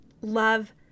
love